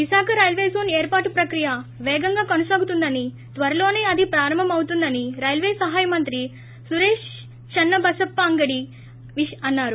Visakha railway zone ఏర్పాటు ప్రక్రియ పేగంగా కొనసాగుతోందన త్వరలోనే అది ప్రారంభమవుతుందని రైల్వే సహాయ మంత్రి సురేష్ చన్నబసప్ప అంగడి అన్నారు